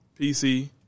PC